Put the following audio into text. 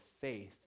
faith